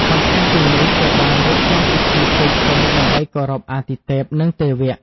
បន្ថែមពីនេះ គេបានរៀបចំពិធីផ្សេងៗ ដើម្បីគោរពអាទិទេព និងទេវៈ។